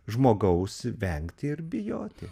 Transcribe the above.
žmogaus vengti ir bijoti